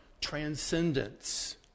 transcendence